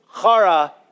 Chara